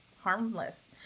harmless